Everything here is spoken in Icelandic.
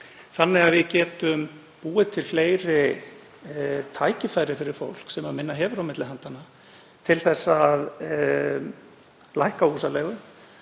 þannig að við getum búið til fleiri tækifæri fyrir fólk, sem minna hefur á milli handanna, til að lækka húsaleigu.